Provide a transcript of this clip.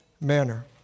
manner